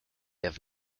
have